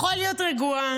להיות רגוע.